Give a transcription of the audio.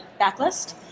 backlist